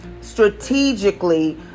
strategically